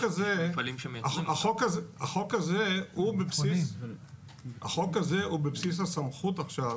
אבל החוק הזה הוא בבסיס הסמכות עכשיו